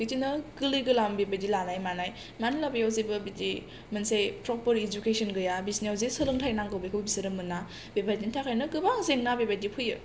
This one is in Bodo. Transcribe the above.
बिदिनो गोरलै गोरलाम बेबायदि लानाय मानाय मानोना बैयाव जेबो बिदि मोनसे प्रपार इडुकेसन गैया बैसिनाव जे सोलोंथाय नांगौ बेखौ बिसोरो मोना बेबायदिनि थाखायनो गोबां जेंना बेबायदि फैयो